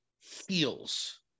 feels